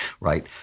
right